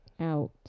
Out